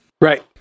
Right